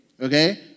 Okay